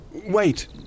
Wait